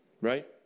Right